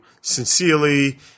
sincerely